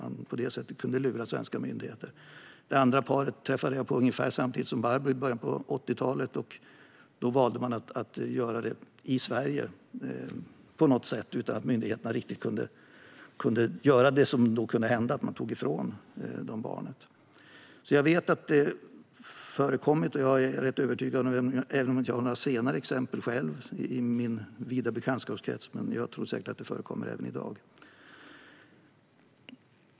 På det sättet kunde man lura svenska myndigheter. Det andra paret träffade jag ungefär samtidigt som Barbro, i början av 80-talet. Då valde man att på något sätt göra det i Sverige, utan att myndigheterna kunde ta ifrån familjen barnet, vilket annars kunde hända. Jag vet alltså att detta har förekommit, och även om jag inte själv har några senare exempel i min vida bekantskapskrets tror jag säkert att det förekommer även i dag.